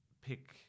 pick